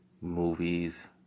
movies